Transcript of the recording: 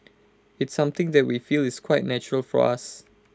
it's something that we feel is quite natural for us